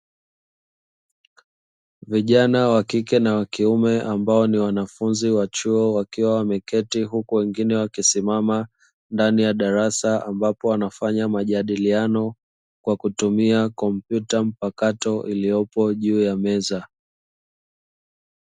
Vijana wa kike na wa kiume ambao ni wanafunzi wa chuo, wakiwa wameketi huku wengine wakisimama ndani ya darasa ambapo anafanya majadiliano kwa kutumia kompyuta mpakato iliyopo juu ya meza.